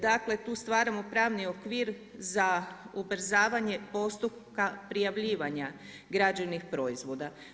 Dakle, tu stvaramo pravni okvir za ubrzavanje postupka prijavljivanja građevnih proizvoda.